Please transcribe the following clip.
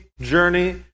journey